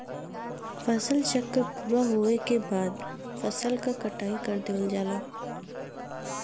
फसल चक्र पूरा होवे के बाद फसल क कटाई कर देवल जाला